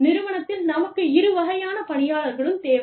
நிறுவனத்தில் நமக்கு இரு வகையான பணியாளர்களும் தேவை